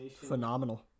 phenomenal